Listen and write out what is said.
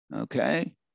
okay